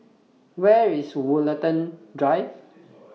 Where IS Woollerton Drive